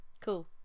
Cool